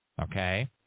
Okay